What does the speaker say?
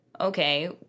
okay